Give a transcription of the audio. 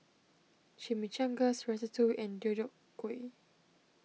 Chimichangas Ratatouille and Deodeok Gui